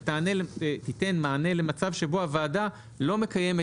שתיתן מענה למצב שבו הוועדה לא מקיימת